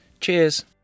Cheers